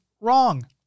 wrong